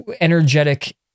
energetic